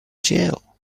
jail